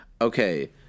Okay